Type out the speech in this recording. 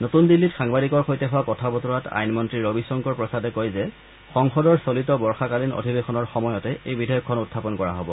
নতুন দিল্লীত সাংবাদিকৰ সৈতে হোৱা কথা বতৰাত আইন মন্ত্ৰী ৰবী শংকৰ প্ৰসাদে কয় যে সংসদৰ চলিত বৰ্যকালীন অধিৱেশনৰ সময়তে এই বিধেয়কখন উখাপন কৰা হ'ব